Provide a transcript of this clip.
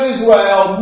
Israel